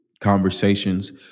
conversations